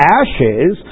ashes